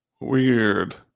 Weird